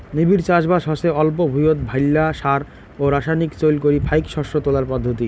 নিবিড় চাষবাস হসে অল্প ভুঁইয়ত ভাইল্লা সার ও রাসায়নিক চইল করি ফাইক শস্য তোলার পদ্ধতি